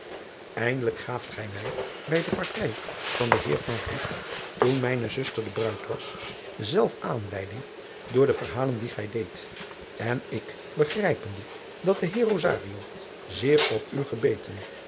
indelijk gaaft gij mij bij de partij van den eer toen mijne zuster de bruid was zelf aanleiding door de verhalen die gij deedt en ik begrijpende dat de eer zeer op u gebeten